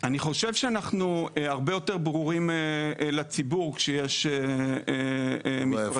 אני חושב שאנחנו הרבה יותר ברורים לציבור כשיש מפרטים,